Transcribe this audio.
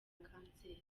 kanseri